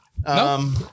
No